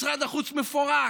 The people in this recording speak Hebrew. משרד החוץ מפורק,